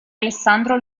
alessandro